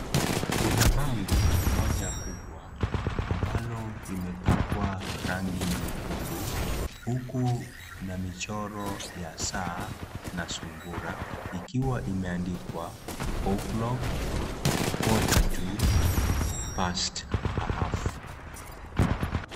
Kuna bango, moja kubwa, ambalo limepakwa, rangi nyekundu, huku, na michoro, ya saa, na sungura, ikiwa imeandikwa, o`clock, quarter to, past a half .